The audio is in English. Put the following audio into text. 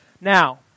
Now